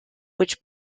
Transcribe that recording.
which